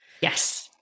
Yes